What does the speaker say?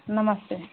नमस्ते